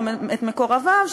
או את מקורביו,